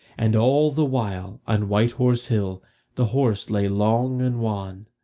and all the while on white horse hill the horse lay long and wan,